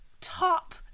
top